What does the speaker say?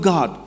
God